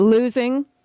losing